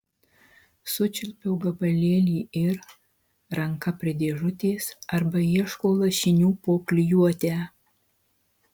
sučiulpiau gabalėlį ir ranka prie dėžutės arba ieško lašinių po klijuotę